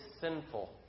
sinful